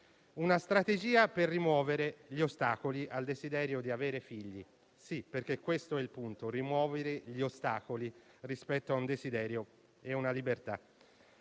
Una strategia per rimuovere gli ostacoli al desiderio di avere figli. Sì, questo è il punto; rimuovere gli ostacoli rispetto a un desiderio e a una libertà.